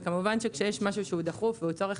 וכמובן שכאשר יש משהו שהוא דחוף והוא צורך